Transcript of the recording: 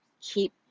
keep